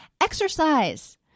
Exercise